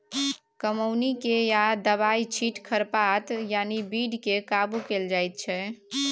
कमौनी कए या दबाइ छीट खरपात यानी बीड केँ काबु कएल जाइत छै